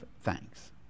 thanks